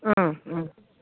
ओं ओं